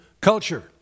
culture